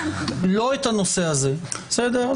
אבל לא את הנושא הזה, בסדר?